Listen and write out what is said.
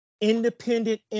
independent